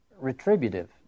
retributive